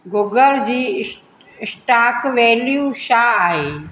Google जी स्ट stock value छा आहे